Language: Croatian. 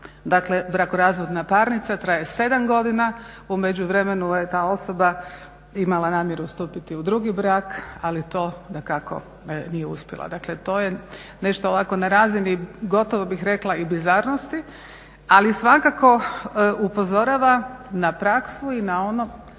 Dakle, brakorazvodna parnica traje sedam godina, u međuvremenu je ta osoba imala namjeru stupiti u drugi brak ali to dakako nije uspjela. Dakle, to je nešto ovako na razini gotovo bih rekla i bizarnosti ali i svakako upozorava na praksu i na ono